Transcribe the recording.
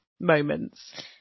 moments